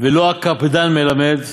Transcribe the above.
ולא הקפדן מלמד,